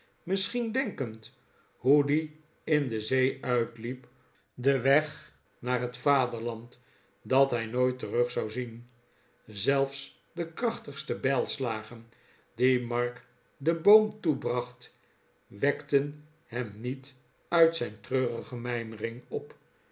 misschien denkend hoe die in de zee uitliep de weg naar het vaderland dat hij nooit terug zou zien zelfs de krachtigste bijlslagen die mark den boom toebracht wekten hem niet uit zijn treurige mijmering op